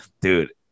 Dude